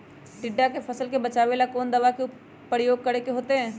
टिड्डा से फसल के बचावेला कौन दावा के प्रयोग करके होतै?